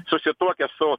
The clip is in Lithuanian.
susituokia su